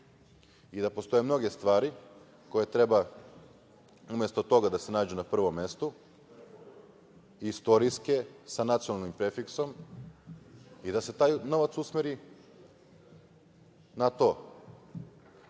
i da postoje mnoge stvari koje treba, umesto toga, da se nađu na prvom mestu, istorijske, sa nacionalnim prefiksom, i da se taj novac usmeri na to,